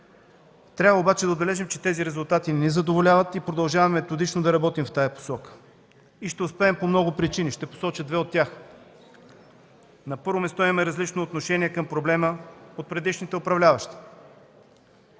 Трябва обаче да отбележим, че тези резултати не ни задоволяват и продължаваме методично да работим в тази посока. И ще успеем по много причини. Ще посоча две от тях. На първо място, имаме различно отношение към проблема от предишните управляващи.